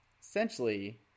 essentially